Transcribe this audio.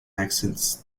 accent